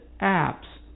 apps